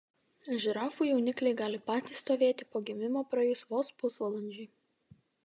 žirafų jaunikliai gali patys stovėti po gimimo praėjus vos pusvalandžiui